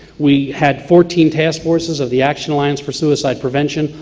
we had fourteen taskforces of the action alliance for suicide prevention,